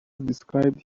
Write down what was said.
described